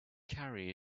carry